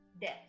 death